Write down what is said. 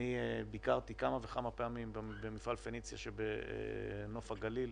ביקרתי כמה וכמה פעמים במפעל "פניציה" שבנוף הגליל,